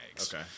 Okay